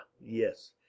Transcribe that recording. yes